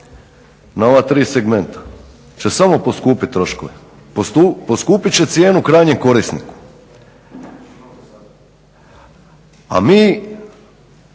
na ova 3 segmenta će samo poskupit troškove, poskupit će cijenu krajnjem korisniku. A mi